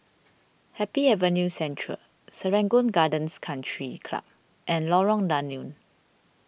Happy Avenue Central Serangoon Gardens Country Club and Lorong Danau